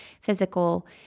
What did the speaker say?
physical